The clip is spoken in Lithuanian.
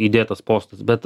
įdėtas postas bet